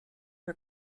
her